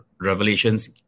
revelations